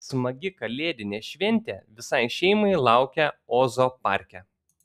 smagi kalėdinė šventė visai šeimai laukia ozo parke